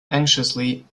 anxiously